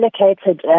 allocated